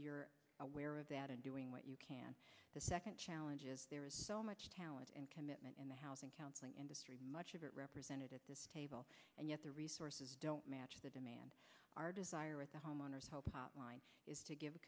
you're aware of that and doing what you can the second challenge is there is so much talent and commitment in the housing counseling industry much of it represented at this table and yet the resources don't match the demand our desire at the homeowners help hotline is to give